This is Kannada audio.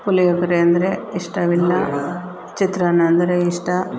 ಪುಳಿಯೋಗ್ರೆ ಅಂದರೆ ಇಷ್ಟವಿಲ್ಲ ಚಿತ್ರಾನ್ನ ಅಂದರೆ ಇಷ್ಟ